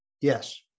Yes